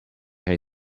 hij